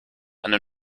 eine